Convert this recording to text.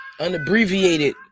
Unabbreviated